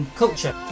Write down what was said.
culture